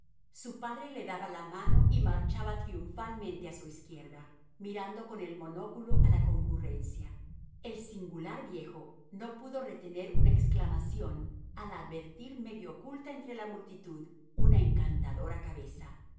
su padre le daba la mano y marchaba triunfalmente a su izquierda mirando con el monóculo a la concurrencia el singular viejo no pudo retener una exclamación al advertir medio oculta entre la multitud una encantadora cabeza